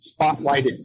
spotlighted